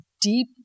deep